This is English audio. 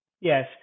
Yes